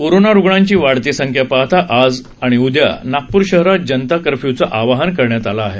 corona रुग्णांची वाढती संख्या पाहता आज आणि उदया नागपूर शहरात जनता कर्फ्यूचं आवाहन करण्यात आलं आहे